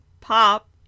pop